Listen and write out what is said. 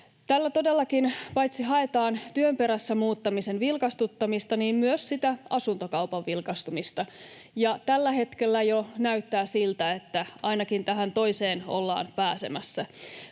Tällä todellakin haetaan paitsi työn perässä muuttamisen vilkastuttamista myös asuntokaupan vilkastumista. Tällä hetkellä jo näyttää siltä, että ainakin toiseen ollaan pääsemässä.